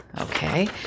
Okay